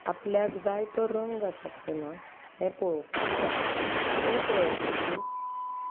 आपल्याक जाय तो रंग आसा काय ना हें पळोवपाक जाय तें पळयतकीर